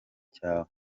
cyawe